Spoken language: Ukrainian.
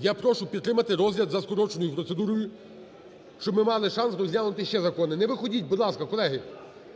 Я прошу підтримати розгляд за скороченою процедурою, щоб ми мали шанс розглянути ще закони. Не виходьте, будь ласка, колеги,